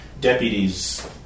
deputies